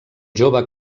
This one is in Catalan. jove